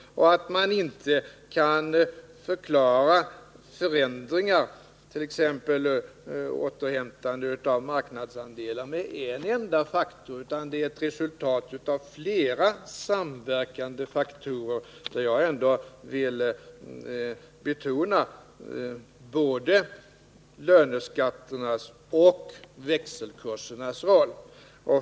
Det är också riktigt att man inte kan förklara förändringar, t.ex. återhämtande av marknadsandelar, med en enda faktor, utan det är ett resultat av flera samverkande faktorer, där jag vill betona både löneskatternas och växelkursernas roll.